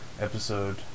episode